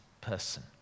person